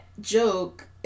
joke